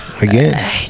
again